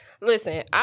listen